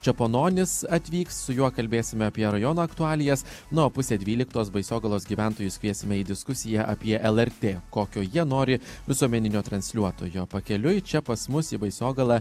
čepononis atvyks su juo kalbėsime apie rajono aktualijas na o pusę dvyliktos baisogalos gyventojus kviesime į diskusiją apie lrt kokio jie nori visuomeninio transliuotojo pakeliui čia pas mus į baisogalą